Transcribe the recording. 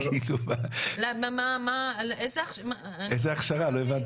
איזה הכשרה, לא הבנתי?